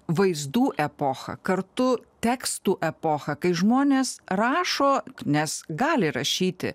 vaizdų epochą kartu tekstų epochą kai žmonės rašo nes gali rašyti